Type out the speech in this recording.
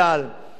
מה יהיה,